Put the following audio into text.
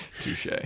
Touche